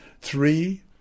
Three